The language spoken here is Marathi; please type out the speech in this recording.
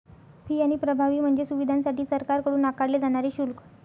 फी आणि प्रभावी म्हणजे सुविधांसाठी सरकारकडून आकारले जाणारे शुल्क